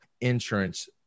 insurance